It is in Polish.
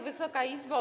Wysoka Izbo!